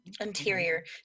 Interior